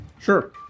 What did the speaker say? Sure